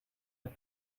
het